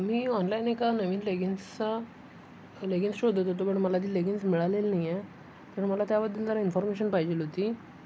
मी online एका नवीन लेगिन्सचा लेगिन्स शोधत होतो पण मला ती लेगिन्स मिळालेली नाही आहे तर मला त्याबद्दल जरा इन्फॉर्मेशन पाहिजे होती